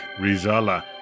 Rizala